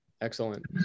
Excellent